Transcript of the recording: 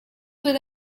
with